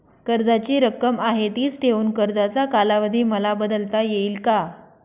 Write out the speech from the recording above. कर्जाची रक्कम आहे तिच ठेवून कर्जाचा कालावधी मला बदलता येईल का?